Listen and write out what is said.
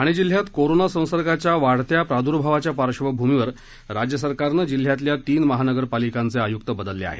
ठाणे जिल्ह्यात कोरोना संसर्गाच्या वाढत्या प्राद्भावाच्या पार्श्वभूमीवर राज्य सरकारनं जिल्ह्यातल्या तीन महानगरपालिकांचे आयुक्त बदलले आहेत